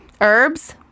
Herbs